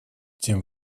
тем